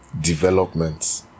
development